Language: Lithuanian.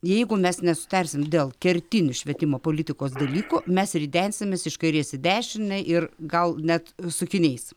jeigu mes nesutarsim dėl kertinių švietimo politikos dalykų mes ridensimės iš kairės į dešinę ir gal net sukiniais